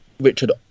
Richard